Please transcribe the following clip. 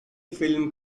film